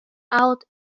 out